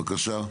בבקשה.